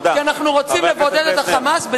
כי אנחנו רוצים לבודד את ה"חמאס".